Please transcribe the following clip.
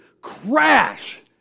crash